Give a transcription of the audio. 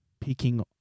picking